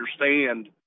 understand